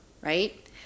right